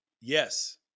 Yes